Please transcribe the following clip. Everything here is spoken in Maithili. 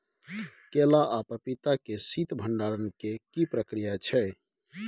केला आ पपीता के शीत भंडारण के की प्रक्रिया छै?